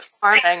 farming